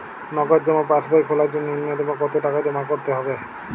নগদ জমা পাসবই খোলার জন্য নূন্যতম কতো টাকা জমা করতে হবে?